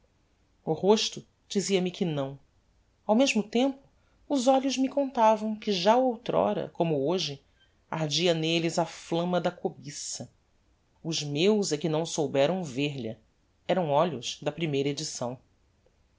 o rosto dizia-me que não ao mesmo tempo os olhos me contavam que já outr'ora como hoje ardia nelles a flamma da cobiça os meus é que não souberam ver lha eram olhos da primeira edição